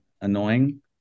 annoying